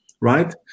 Right